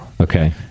Okay